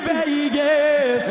Vegas